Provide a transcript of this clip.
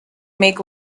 make